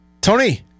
Tony